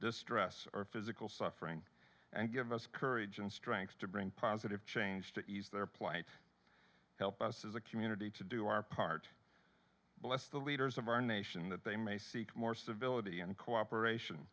distress our physical suffering and give us courage and strength to bring positive change to ease their plight help us as a community to do our part bless the leaders of our nation that they may seek more civility and cooperation